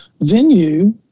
venue